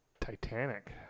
titanic